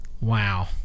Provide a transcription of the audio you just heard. Wow